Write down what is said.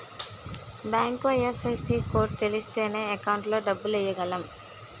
bank IFSC code తెలిస్తేనే account లో డబ్బులు ఎయ్యగలం